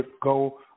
go